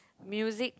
music